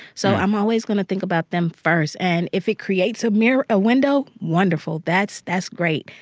so i'm always going to think about them first. and if it creates a mirror a window, wonderful. that's that's great.